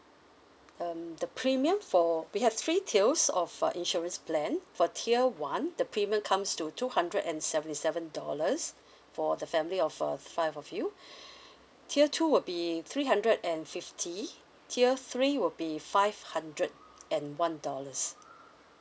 um the premium for we have three tiers of uh insurance plan for tier one the premium comes to two hundred and seventy seven dollars for the family of uh five of you tier two would be three hundred and fifty tier three will be five hundred and one dollars